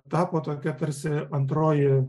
tapo tokia tarsi antroji